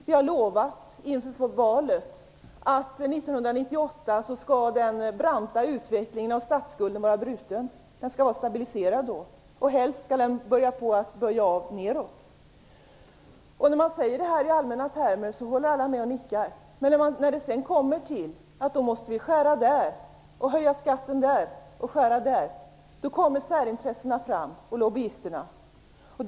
Vi har lovat inför valet att 1998 skall den branta utvecklingen av statsskulden vara bruten. Den skall vara stabiliserad. Helst skall kurvan böja av nedåt. När man säger det i allmänna termer håller alla med och nickar. Men när det sedan kommer till att man måste skära ned på ett visst område och höja skatten på ett annat område, då kommer särintressena och lobbyisterna fram.